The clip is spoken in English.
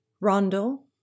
Rondo